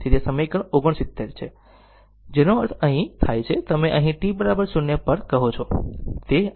તેથી સમીકરણ 69 થાય છે જેનો અર્થ અહીં થાય છે તમે અહીં t 0 પર કહો છો તે I0 છે